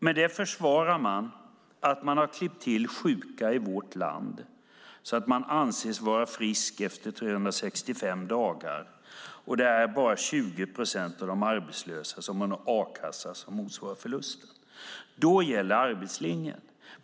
Med detta försvarar man att man har klippt till sjuka i vårt land så att de anses vara friska efter 365 dagar och att det bara är 20 procent av de arbetslösa som har en a-kassa som motsvarar förlusten. Då gäller arbetslinjen.